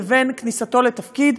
לבין כניסתו לתפקיד,